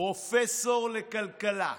פרופסור לכלכלה,